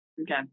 Okay